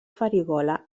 farigola